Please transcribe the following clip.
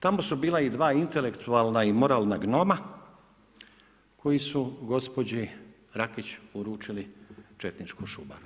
Tamo su bila i 2 intelektualna i moralna gnoma, koji su gospođi Rakić uručili četničku šumaru.